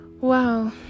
wow